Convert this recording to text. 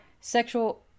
sexual